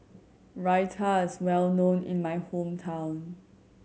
raita is well known in my hometown